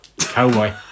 cowboy